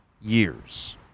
years